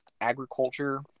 agriculture